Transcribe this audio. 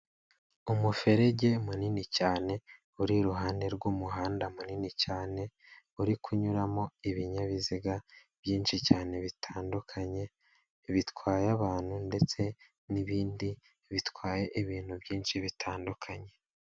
Umuferege munini cyane, uri iruhande rw'umuhanda munini cyane, uri kunyuramo ibinyabiziga byinshi cyane bitandukanye, bitwaye abantu ndetse n'ibindi bitwaye ibintu byinshi bitandukanye.